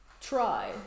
Try